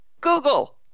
Google